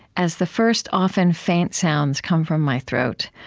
as the first often faint sounds come from my throat,